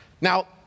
Now